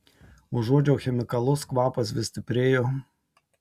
užuodžiau chemikalus kvapas vis stiprėjo